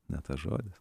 ne tas žodis